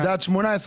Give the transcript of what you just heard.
הלאומי?